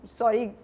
sorry